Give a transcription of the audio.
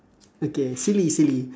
okay silly silly